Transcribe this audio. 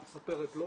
את מספרת לו,